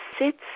sits